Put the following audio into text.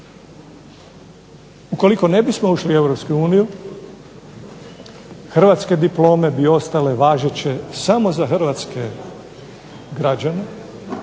Ukoliko ne bismo ušli u EU hrvatske diplome bi ostale važeće samo za hrvatske građane.